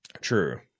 True